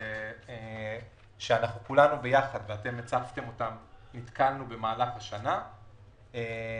שאתם הצפתם וכולנו יחד נתקלנו בהן